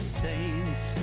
saints